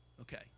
Okay